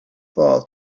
fall